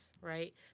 Right